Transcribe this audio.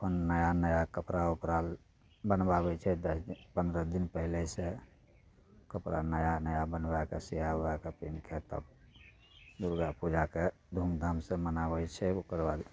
अपन नया नया कपड़ा उपरा बनबाबै छै दस दिन पन्द्रह दिन पहिलेसँ कपड़ा नया नया बनबा कऽ सिया उआ कऽ पिन्ह कऽ तब दुर्गा पूजाके धूम धामसँ मनाबय छै ओकरबाद